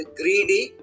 greedy